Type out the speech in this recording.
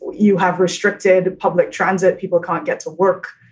you have restricted public transit. people can't get to work.